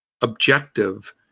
Objective